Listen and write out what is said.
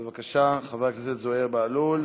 בבקשה, חבר הכנסת זוהיר בהלול.